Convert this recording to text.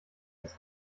was